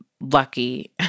lucky